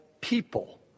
people